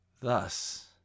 Thus